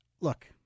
look